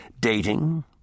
Dating